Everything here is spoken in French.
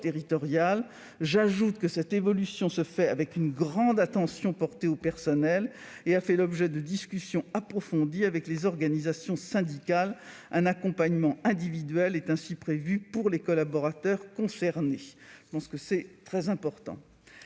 J'ajoute que cette évolution se fait avec une grande attention portée au personnel, et a fait l'objet de discussions approfondies avec les organisations syndicales. Un accompagnement individuel est ainsi prévu pour les collaborateurs concernés, ce qui est essentiel.